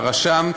הרשם,